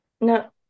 No